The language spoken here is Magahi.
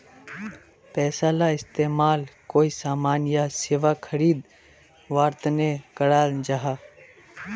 पैसाला इस्तेमाल कोए सामान या सेवा खरीद वार तने कराल जहा